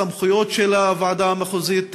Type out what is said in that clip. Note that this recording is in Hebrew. לסמכויות של הוועדה המחוזית וכו'.